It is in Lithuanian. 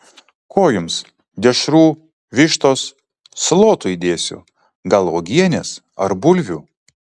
ko jums dešrų vištos salotų įdėsiu gal uogienės ar bulvių